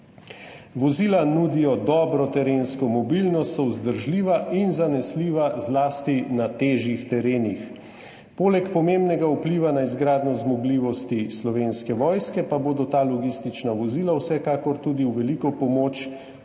Vozila nudijo dobro terensko mobilnost, so vzdržljiva in zanesljiva zlasti na težjih terenih. Poleg pomembnega vpliva na izgradnjo zmogljivosti Slovenske vojske bodo ta logistična vozila vsekakor tudi v veliko pomoč pri